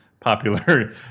popular